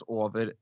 over